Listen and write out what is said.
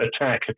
attack